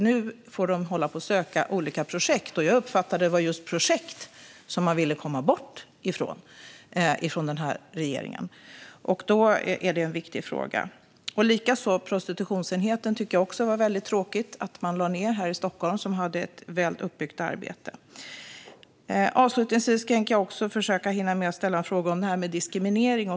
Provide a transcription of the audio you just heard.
Nu får man söka olika projektpengar, men jag har uppfattat att det var just projekt som regeringen ville komma bort från. Det var också tråkigt att man lade ned prostitutionsenheten i Stockholm, som hade ett väl uppbyggt arbete. Avslutningsvis har jag en fråga om diskriminering.